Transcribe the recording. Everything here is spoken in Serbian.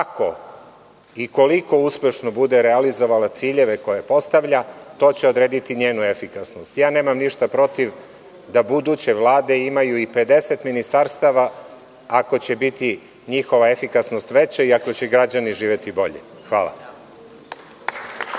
kako i koliko uspešno bude realizovala ciljeve koje postavlja, to će odrediti njenu efikasnost. Nemam ništa protiv da buduće Vlade imaju i 50 ministarstava ako će biti njihova efikasnost veća i ako će građani živeti bolje. Hvala.